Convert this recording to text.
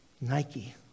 Nike